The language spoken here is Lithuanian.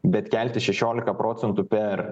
bet kelti šešiolika procentų per